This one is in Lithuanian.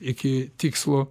iki tikslo